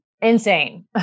Insane